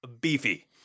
beefy